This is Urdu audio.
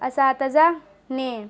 اساتذہ نے